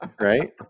right